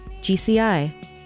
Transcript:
GCI